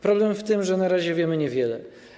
Problem w tym, że na razie wiemy niewiele.